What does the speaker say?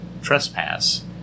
trespass